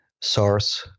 source